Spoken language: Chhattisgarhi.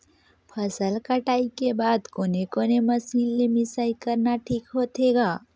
फसल कटाई के बाद कोने कोने मशीन ले मिसाई करना ठीक होथे ग?